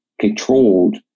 controlled